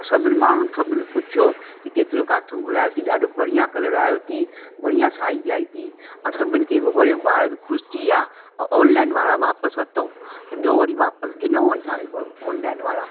ऐं सभिनि माण्हुनि सभिनि पुछियो की केतिरो किथां घुरायो अथई ॾाढो बढ़िया कलर आहियो अथई बढ़िया साइज़ आइ ती ऐं सभिनि खे उहो वणियो ॿार बि ख़ुशि थी विया ऑनलाइन वारा वापसि वरितऊं ॿियो वरी वापसि ॾिनूं वरी असांखे ऑनलाइन वारा